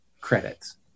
credits